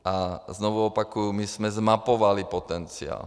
A znovu opakuji, my jsme zmapovali potenciál.